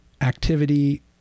activity